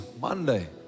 Monday